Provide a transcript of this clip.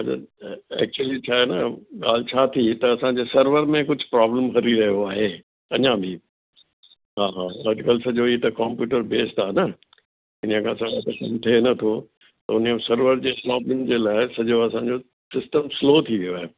actually छा आहे न ॻाल्हि छा थी हितां असांजे सर्वर में कुझु प्रॉब्लम करी रहियो आहे अञा बि हा हा अॼुकल्ह सॼो हीअ त कंप्यूटर बेस्ड आहे न इन्हीअ खां सवाइ त कम थिए न थो उन्हीअ सर्वर जेको आहे ॿिनि जे लाइ सॼो असांजो सिस्टम स्लो थी वियो आहे